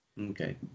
Okay